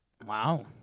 wow